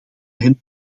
hen